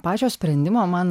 pačio sprendimo man